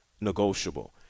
negotiable